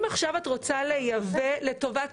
אם עכשיו את רוצה לייבא לטובת